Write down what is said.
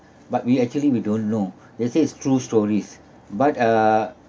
but we actually we don't know they say it's true stories but uh